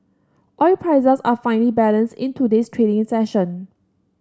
oil prices are finely balanced in today's trading session